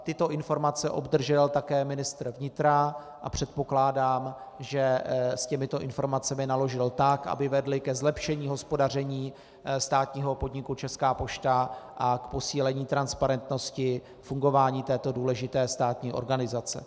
Tyto informace obdržel také ministr vnitra a předpokládám, že s těmito informacemi naložil tak, aby vedly ke zlepšení hospodaření státního podniku Česká pošta a k posílení transparentnosti fungování této důležité státní organizace.